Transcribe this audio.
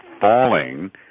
falling